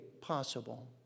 possible